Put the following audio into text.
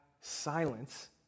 silence